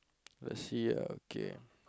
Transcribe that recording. let's see uh okay